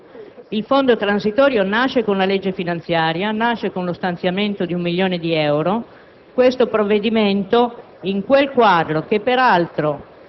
Il fondo transitorio - mi dispiace dover fare una lezione, ma devo parlare dei contenuti e del merito del provvedimento, mentre qui spesso si è parlato d'altro